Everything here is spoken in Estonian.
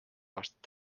aastat